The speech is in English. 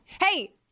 Hey